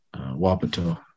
Wapato